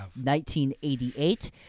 1988